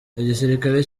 igisirikare